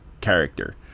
character